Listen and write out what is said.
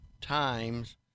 times